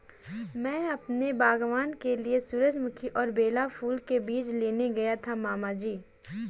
मैं अपने बागबान के लिए सूरजमुखी और बेला फूल के बीज लेने गया था मामा जी